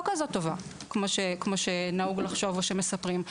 כזאת טובה כמו שנהוג לחשוב או מספרים.